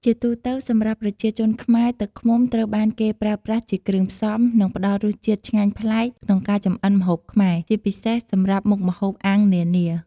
ជាទូទៅ សម្រាប់ប្រជាជនខ្មែរ ទឹកឃ្មុំត្រូវបានគេប្រើប្រាស់ជាគ្រឿងផ្សំ និងផ្តល់រសជាតិឆ្ងាញ់ប្លែកក្នុងការចម្អិនម្ហូបខ្មែរ ជាពិសេសសម្រាប់មុខម្ហូបអាំងនានា។